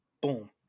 Boom